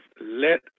let